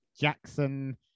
Jackson